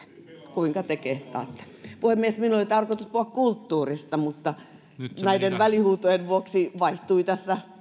kuinka te kehtaatte puhemies minulla oli tarkoitus puhua kulttuurista mutta näiden välihuutojen vuoksi vaihtui tässä